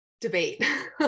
debate